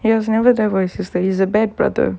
he was never there for his sister he is a bad brother